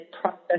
process